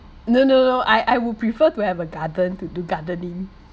no no no I I would prefer to have a garden to do gardening